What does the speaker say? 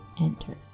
enter